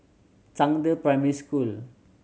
Zhangde Primary School